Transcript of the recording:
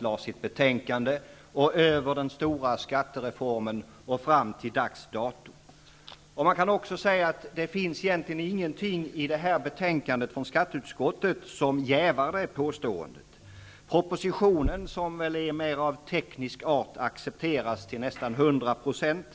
fram sitt betänkande någon gång i slutet på 80 Det finns egentligen inte heller någonting i detta betänkande från skatteutskottet som jävar detta påstående. Oppositionen, som väl är mer av teknisk art, accepteras till nästan hundra procent.